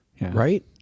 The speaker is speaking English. right